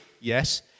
yes